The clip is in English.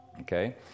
Okay